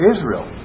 Israel